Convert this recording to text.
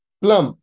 plum